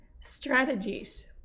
strategies